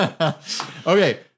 Okay